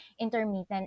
intermittent